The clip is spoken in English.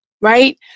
right